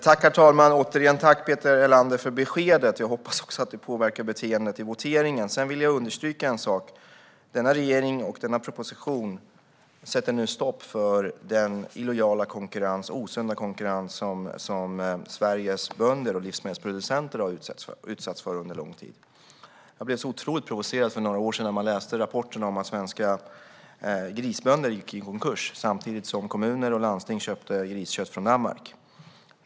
Herr talman! Tack för beskedet, Peter Helander! Jag hoppas att det också påverkar beteendet i voteringen. Sedan vill jag understryka en sak: Denna regering och denna proposition sätter nu stopp för den illojala och osunda konkurrens som Sveriges bönder och livsmedelsproducenter har utsatts för under lång tid. Jag blev så otroligt provocerad för några år sedan när man läste rapporterna om att svenska grisbönder gick i konkurs samtidigt som kommuner och landsting köpte griskött från Danmark.